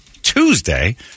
Tuesday